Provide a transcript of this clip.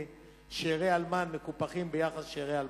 שאירי אלמן מקופחים ביחס לשאירי אלמנה.